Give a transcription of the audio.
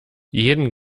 jeden